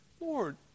Lord